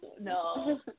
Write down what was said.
No